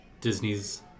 Disney's